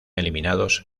eliminados